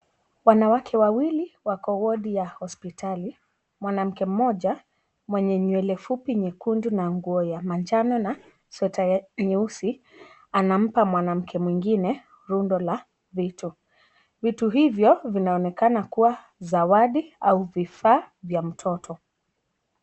Wanawake wawili wako wodi ya hospitali. Mwanamke mmoja mwenye nywele fupi nyekundu na nguo ya manjano na sweta ya nyeusi anampa mwanamke mwengine rundo la vitu. vitu hivyo vinaonkana kuwa zawadi au vifaa vya mtoto.